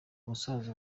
ubusanzwe